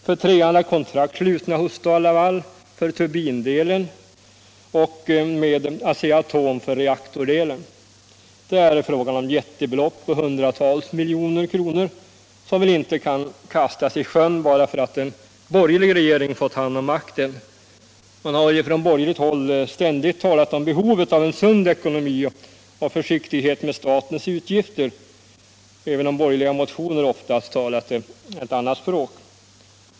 För trean är kontrakt slutna hos STAL-LAVAL för turbindelen och med Asea-Atom för reaktordelen. Det är fråga om jättebelopp på hundratals miljoner, som väl inte kan kastas i sjön bara för att en borgerlig regering fått hand om makten. Man har ju ifrån borgerligt håll ständigt talat om behovet av en sund ekonomi och försiktighet med statens utgifter, även om borgerliga motioner oftast talat ett annat språk.